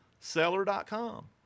Seller.com